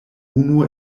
unu